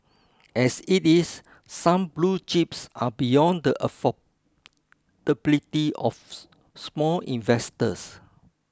as it is some blue chips are beyond the affordability of small investors